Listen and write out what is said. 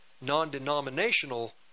non-denominational